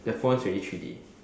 the phone is already three D